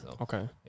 Okay